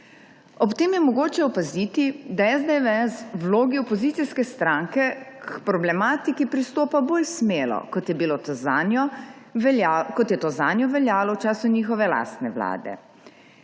Ob tem je mogoče opaziti, da SDS v vlogi opozicijske stranke k problematiki pristopa bolj smelo, kot je to zanjo veljalo v času njihove lastne vlade.